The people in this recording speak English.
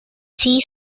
tea